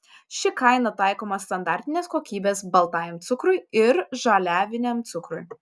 ši kaina taikoma standartinės kokybės baltajam cukrui ir žaliaviniam cukrui